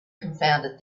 confounded